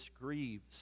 grieves